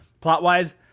plot-wise